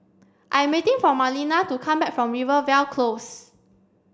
I am waiting for Marlena to come back from Rivervale Close